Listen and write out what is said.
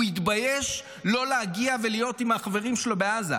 הוא התבייש לא להגיע ולהיות עם החברים שלו בעזה.